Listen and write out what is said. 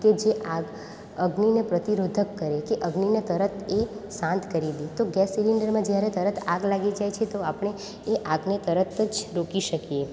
કે જે આગ અગ્નિને પ્રતિરોધ કરે કે અગ્નિને તરત એ શાંત કરી દે તો ગેસ સિલેન્ડરમાં જ્યારે તરત આગ લાગી જાય છે તો આપણે એ આગ ને તરત જ રોકી શકીએ